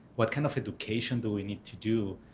what kind of education do we need to do?